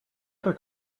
other